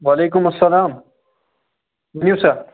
وعلیکُم اسلام ؤنِو سَہ